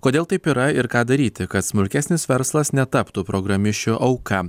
kodėl taip yra ir ką daryti kad smulkesnis verslas netaptų programišių auka